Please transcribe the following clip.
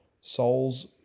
soul's